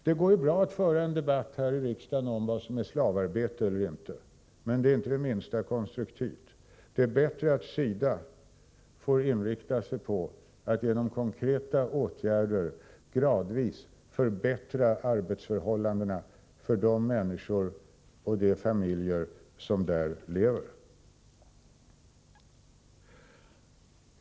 Det går ju bra att föra en debatt här i riksdagen om vad som är slavarbete eller inte, men det är inte det minsta konstruktivt. Det är bättre att SIDA får inrikta sig på att genom konkreta åtgärder gradvis förbättra arbetsförhållandena för de människor och de familjer som här lever.